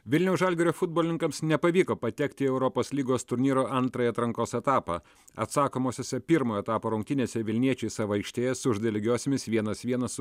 vilniaus žalgirio futbolininkams nepavyko patekti į europos lygos turnyro antrąjį atrankos etapą atsakomosiose pirmo etapo rungtynėse vilniečiai savo aikštėje sužaidė lygiosiomis vienas vienas su